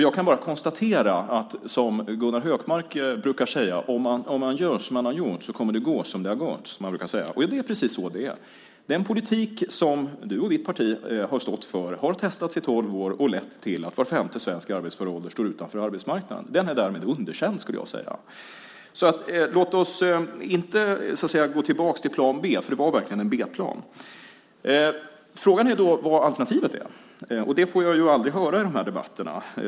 Jag kan bara konstatera att, som Gunnar Hökmark brukar säga: Om man gör som man har gjort kommer det att gå som det har gått. Det är precis så det är. Den politik som du och ditt parti har stått för har testats i tolv år och lett till att var femte svensk i arbetsför ålder står utanför arbetsmarknaden. Den politiken är därmed underkänd, skulle jag säga. Låt oss inte gå tillbaka till plan B; det var verkligen en B-plan. Frågan är vad alternativet är. Det får jag ju aldrig höra i de här debatterna.